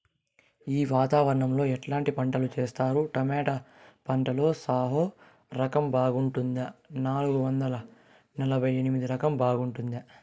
ఈ వాతావరణం లో ఎట్లాంటి పంటలు చేస్తారు? టొమాటో పంటలో సాహో రకం బాగుంటుందా నాలుగు వందల నలభై ఎనిమిది రకం బాగుంటుందా?